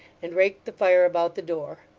and raked the fire about the door,